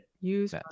Use